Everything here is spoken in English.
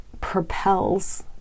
propels